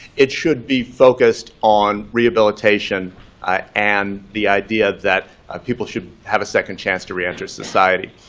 it should be focused on rehabilitation and the idea that people should have a second chance to re-enter society.